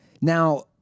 Now